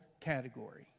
category